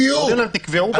נכון.